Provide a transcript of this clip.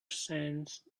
sands